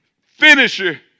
finisher